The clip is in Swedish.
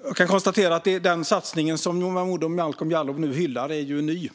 Fru talman! Jag kan konstatera att den satsning som Momodou Malcolm Jallow nu hyllar är ny.